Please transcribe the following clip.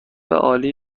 عالی